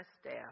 staff